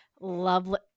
lovely